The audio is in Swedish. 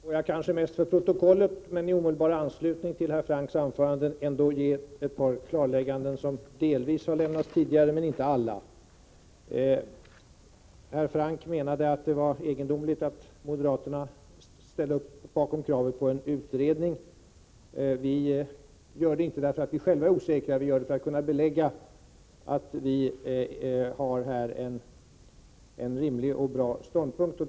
Fru talman! Låt mig, kanske mest för protokollet men ändå i omedelbar anslutning till herr Francks anförande, göra ett par klarlägganden — en del av dem har gjorts tidigare men inte alla. Herr Franck menade att det var egendomligt att moderaterna ställde upp bakom kravet på en utredning. Vi gör det inte därför att vi själva är osäkra — vi gör det för att kunna belägga att vi här har en rimlig och bra ståndpunkt.